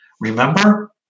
remember